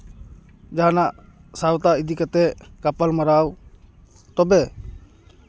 ᱡᱟᱦᱟᱱᱟᱜ ᱥᱟᱶᱛᱟ ᱤᱫᱤ ᱠᱟᱛᱮᱜ ᱜᱟᱯᱟᱞᱢᱟᱨᱟᱣ ᱛᱚᱵᱮ